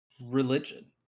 religion